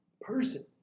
person